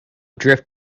drift